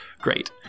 great